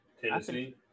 Tennessee